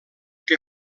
que